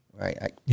right